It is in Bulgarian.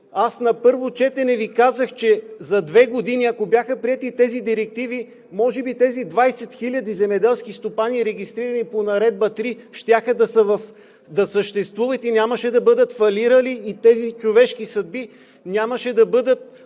На първо четене Ви казах, че за две години, ако бяха приети директивите, може би тези 20 хиляди земеделски стопани, регистрирани по Наредба № 3, щяха да съществуват и нямаше да бъдат фалирали и тези човешки съдби нямаше да бъдат